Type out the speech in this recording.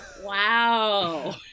wow